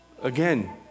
Again